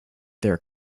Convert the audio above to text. their